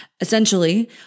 Essentially